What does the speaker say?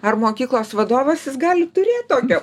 ar mokyklos vadovas jis gali turėt tokią